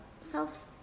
self